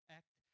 act